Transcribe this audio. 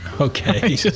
Okay